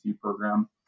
program